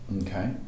Okay